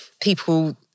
people